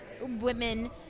women